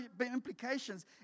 implications